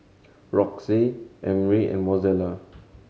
Roxie Emry and Mozella